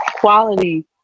quality